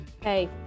Hey